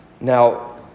Now